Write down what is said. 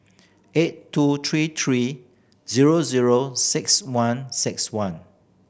eight two three three zero zero six one six one